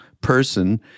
person